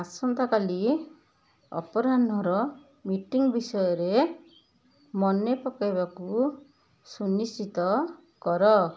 ଆସନ୍ତାକାଲି ଅପରାହ୍ନର ମିଟିଂ ବିଷୟରେ ମନେ ପକାଇବାକୁ ସୁନିଶ୍ଚିତ କର